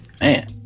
Man